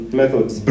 methods